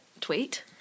tweet